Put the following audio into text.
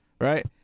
right